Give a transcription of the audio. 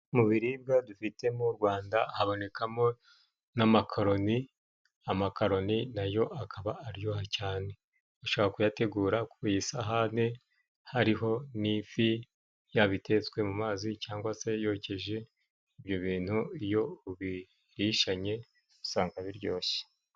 Mu biribwa dufite mu rwanda habonekamo n'amakaroni, amakaroni nayo akaba aryoha cyane, ushobora kuyategura ku isahani hariho n'ifi, yabitetswe mu mazi cyangwa se yokeje, ibyo bintu iyo ubirishanye usanga biryoshye.